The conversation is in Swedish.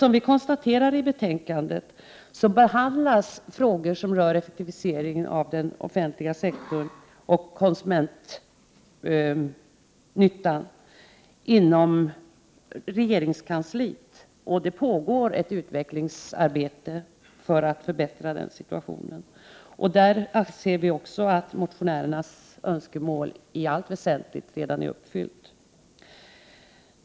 Som vi konstaterar i betänkandet behandlas frågor som rör effektiviseringen av den offentliga sektorn och konsumentnyttan redan inom regeringskansliet, och det pågår ett utvecklingsarbete för att förbättra förhållandena på detta område. Vi anser också att motionärernas önskemål i allt väsentligt redan är uppfyllt.